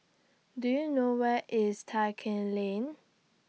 Do YOU know Where IS Tai Keng Lane